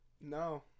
No